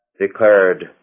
declared